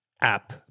app